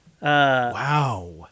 Wow